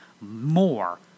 more